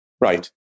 Right